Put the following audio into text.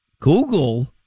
Google